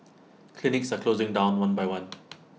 clinics are closing down one by one